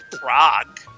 Prague